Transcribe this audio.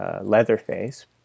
Leatherface